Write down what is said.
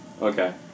Okay